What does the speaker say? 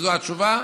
זו התשובה.